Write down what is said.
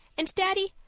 and, daddy,